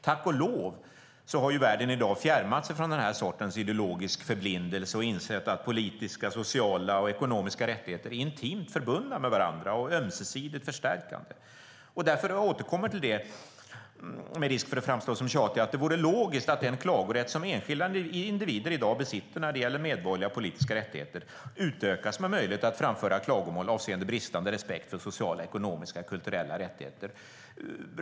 Tack och lov har världen i dag fjärmat sig från denna sorts ideologiska förblindelse och insett att politiska, sociala och ekonomiska rättigheter är intimt förbundna med varandra och ömsesidigt förstärkande. Därför återkommer jag till, med risk för att framstå som tjatig, att det vore logiskt att den klagorätt som enskilda individer i dag besitter när det gäller medborgerliga och politiska rättigheter utökas med möjlighet att framföra klagomål avseende bristande respekt för sociala, ekonomiska och kulturella rättigheter.